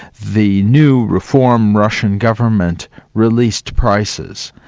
the new reform russian government released prices,